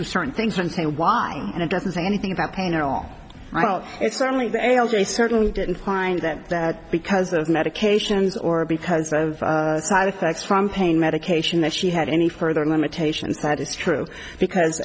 do certain things and say why and it doesn't say anything about pain at all well it's certainly they also i certainly didn't find that that because of medications or because of side effects from pain medication that she had any further limitations that is true because